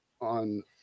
on